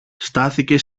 στάθηκε